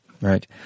Right